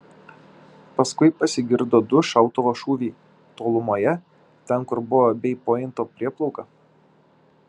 paskui pasigirdo du šautuvo šūviai tolumoje ten kur buvo bei pointo prieplauka